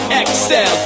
excel